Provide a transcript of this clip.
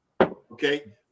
Okay